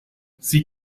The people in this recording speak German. sie